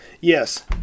Yes